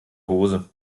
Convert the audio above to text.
hose